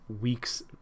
week's